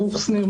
ברוך שניר,